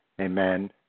amen